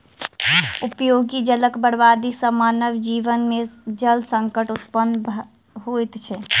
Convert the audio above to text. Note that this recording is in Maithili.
उपयोगी जलक बर्बादी सॅ मानव जीवन मे जल संकट उत्पन्न होइत छै